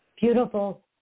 beautiful